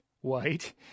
white